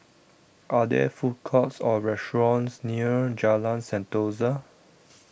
are there food courts or restaurants near Jalan Sentosa